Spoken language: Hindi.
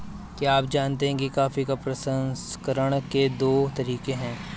क्या आप जानते है कॉफी प्रसंस्करण के दो तरीके है?